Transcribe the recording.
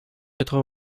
quatre